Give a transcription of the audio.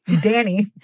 Danny